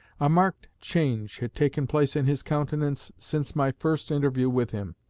a marked change had taken place in his countenance since my first interview with him.